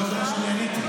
לא זה מה שאני עניתי.